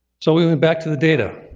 so we went back to the data,